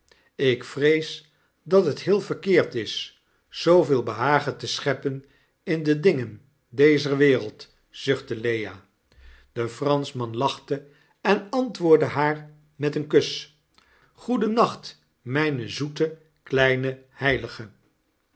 ik vrees dat het heel verkeerd is zooveel behagen te scheppen in de dingen dezer wereld zuchtte lea de franschman lachte en antwoordde haar met een kus goedennacht mgne zoete kleine heilige